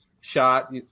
shot